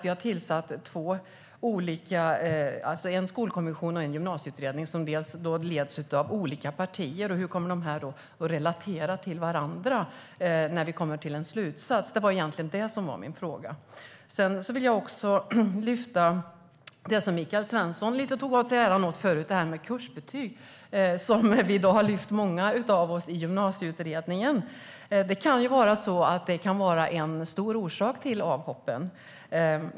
Ni har tillsatt en skolkommission och en gymnasieutredning som leds av olika partier. Hur kommer dessa att relatera till varandra när vi kommer till en slutsats? Låt mig också lyfta upp det som Michael Svensson lite grann tog åt sig äran av, kursbetyg. Många av oss i Gymnasieutredningen har tagit upp att detta kan vara en stor orsak till avhoppen.